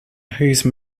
whose